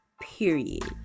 Period